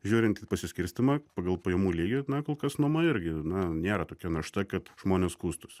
žiūrint į pasiskirstymą pagal pajamų lygį na kol kas nuoma irgi na nėra tokia našta kad žmonės skųstųsi